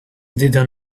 didn’t